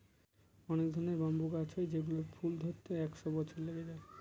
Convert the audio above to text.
অনেক ধরনের ব্যাম্বু গাছ হয় যেগুলোর ফুল ধরতে একশো বছর লেগে যায়